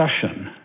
discussion